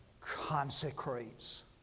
consecrates